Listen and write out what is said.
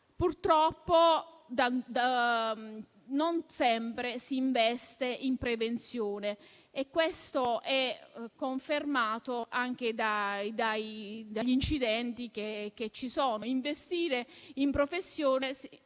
Purtroppo non sempre si investe in prevenzione e questo è confermato dagli incidenti che si verificano. Investire in prevenzione